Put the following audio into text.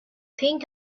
think